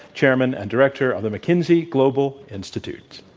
chairman and director of the mckenzie global institute.